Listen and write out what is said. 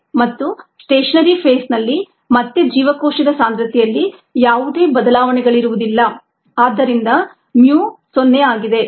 ಮತ್ತು ಸ್ಟೇಷನರಿ ಫೇಸ್ನಲ್ಲಿ ಮತ್ತೆ ಜೀವಕೋಶದ ಸಾಂದ್ರತೆಯಲ್ಲಿ ಯಾವುದೇ ಬದಲಾವಣೆಗಳಿರುವುದಿಲ್ಲ ಆದ್ದರಿಂದ mu 0 ಆಗಿದೆ